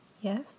Yes